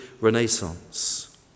renaissance